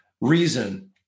reason